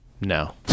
No